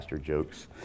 jokes